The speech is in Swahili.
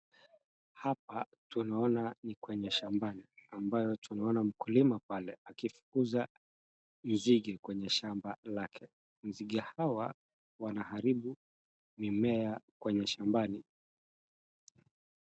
Hapa tunaona ni kwenye shambani ambayo tunaona mkulima pale akifukunza nzinge kwenye shamba lake. Nzinge hawa wanaharibu mimea kwenye shambani.